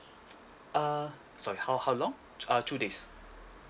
uh sorry how how long uh two days